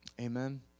amen